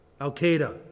Al-Qaeda